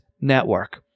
network